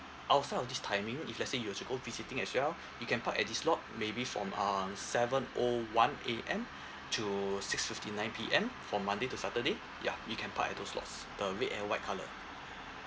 outside of this timing if let's say you were to go visiting as well you can park at these lot maybe from um seven O one A_M to six fifty nine P_M from monday to saturday ya you can park at these lots the red and white colour